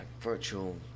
virtual